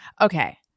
Okay